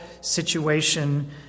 situation